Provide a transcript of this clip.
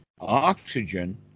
oxygen